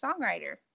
songwriter